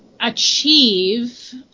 achieve